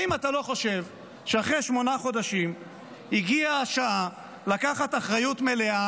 האם אתה לא חושב שאחרי שמונה חודשים הגיעה השעה לקחת אחריות מלאה